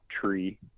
tree